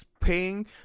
paying